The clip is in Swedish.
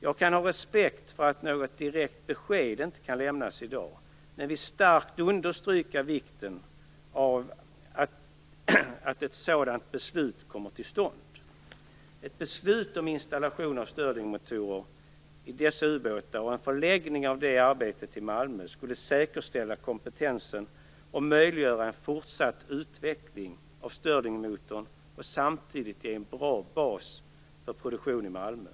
Jag kan ha respekt för att något direkt besked inte kan lämnas i dag, men jag vill starkt understryka vikten av att ett sådant beslut kommer till stånd. Ett beslut om installation av Sterlingmotorer i dessa ubåtar och en förläggning av det arbetet till Malmö skulle säkerställa kompetensen samt möjliggöra en fortsatt utveckling av Sterlingmotorn och samtidigt ge en bra bas för produktion i Malmö.